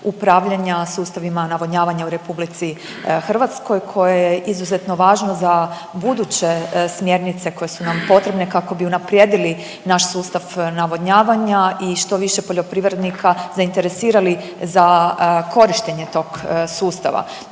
upravljanja sustavima navodnjavanja u Republici Hrvatskoj koja je izuzetno važna za buduće smjernice koje su nam potrebne kako bi unaprijedili naš sustav navodnjavanja i što više poljoprivrednika zainteresirali za korištenje tog sustava.